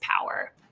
power